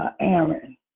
Aaron